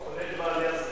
זה כולל את בעלי הזקנים?